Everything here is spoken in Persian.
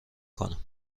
کنم